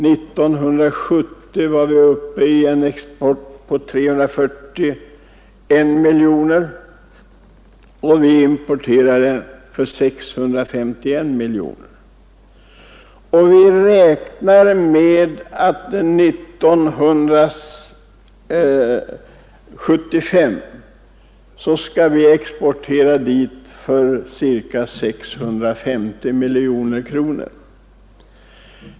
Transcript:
1970 var vi uppe i en export på 341 miljoner och vi importerade för 651 miljoner. Vi räknar med att 1975 exportera till Japan för ca 650 miljoner.